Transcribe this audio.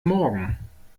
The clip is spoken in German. morgen